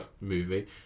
movie